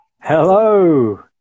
Hello